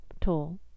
tall